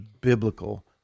biblical